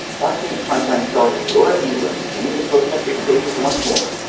fox news primetime star laura ingraham sang the protester praises once more,